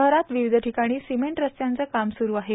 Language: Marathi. शहरात विविध ठिकाणी सिमेंट रस्त्यांचं काम सुरू आहे